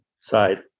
side